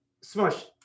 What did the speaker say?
Smush